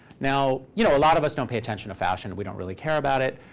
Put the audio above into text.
now, you know a lot of us don't pay attention to fashion. we don't really care about it.